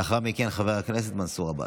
לאחר מכן, חבר הכנסת מנסור עבאס.